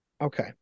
Okay